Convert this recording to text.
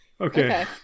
Okay